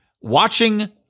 watching